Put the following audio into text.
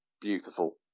beautiful